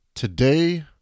Today